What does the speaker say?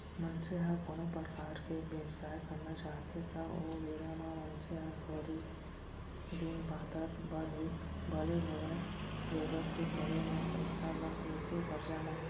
मनसे ह कोनो परकार के बेवसाय करना चाहथे त ओ बेरा म मनसे ह थोरिक दिन बादर बर ही भले होवय जरुरत के पड़े म पइसा ल लेथे करजा म